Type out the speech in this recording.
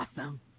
awesome